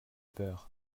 peur